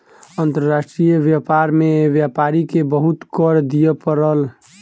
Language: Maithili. अंतर्राष्ट्रीय व्यापार में व्यापारी के बहुत कर दिअ पड़ल